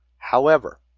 however,